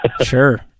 Sure